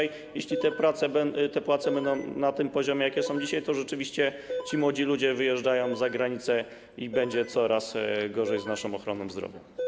Jeśli te płace będą na tym poziomie, na jakim są dzisiaj, to rzeczywiści ci młodzi ludzie wyjadą za granicę i będzie coraz gorzej z naszą ochroną zdrowia.